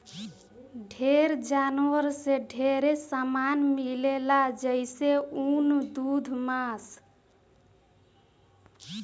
ढेर जानवर से ढेरे सामान मिलेला जइसे ऊन, दूध मांस